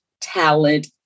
talent